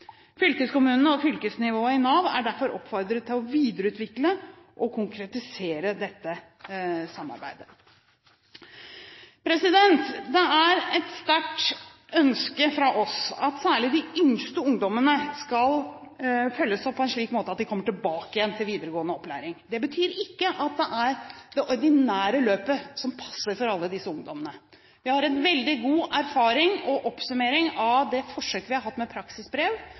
Fylkeskommunene og fylkesnivået i Nav er derfor oppfordret til å videreutvikle og å konkretisere dette samarbeidet. Det er et sterkt ønske fra oss om at særlig de yngste ungdommene skal følges opp på en slik måte at de kommer tilbake igjen til videregående opplæring. Det betyr ikke at det er det ordinære løpet som passer for alle disse ungdommene. Vi har veldig god erfaring med og en oppsummering av det forsøket vi har hatt med praksisbrev.